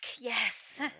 Yes